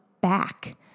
back